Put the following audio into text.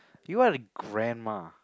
you are a grandma